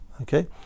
Okay